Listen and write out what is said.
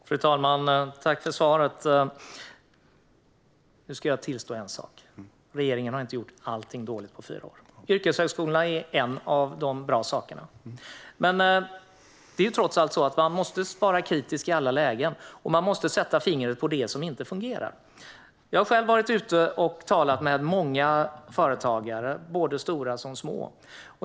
Fru talman! Tack för svaret! Nu ska jag tillstå en sak: Regeringen har inte gjort allting dåligt på fyra år. Yrkeshögskolorna är en av de bra sakerna. Men det är trots allt så att man måste vara kritisk i alla lägen, och man måste sätta fingret på det som inte fungerar. Jag har själv varit ute och talat med många företagare, både stora och små.